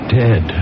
dead